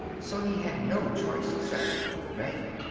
so he had no choice except to obey.